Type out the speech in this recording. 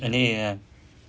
N_E_A ya